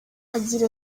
agira